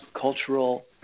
cultural